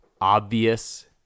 obvious